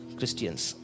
Christians